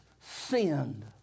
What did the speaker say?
sinned